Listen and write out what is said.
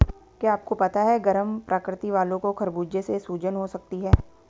क्या आपको पता है गर्म प्रकृति वालो को खरबूजे से सूजन हो सकती है?